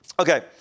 Okay